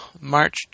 March